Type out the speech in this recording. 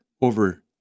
over